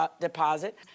deposit